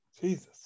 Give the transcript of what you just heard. Jesus